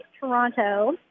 Toronto